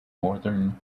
northern